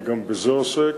אני גם בזה עוסק,